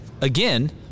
again